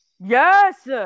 Yes